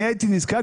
אני הייתי נזקק,